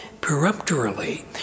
peremptorily